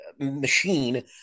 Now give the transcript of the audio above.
Machine